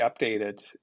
updated